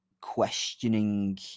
questioning